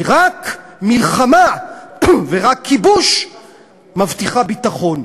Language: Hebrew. כי רק מלחמה ורק כיבוש מבטיחים ביטחון.